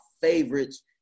favorites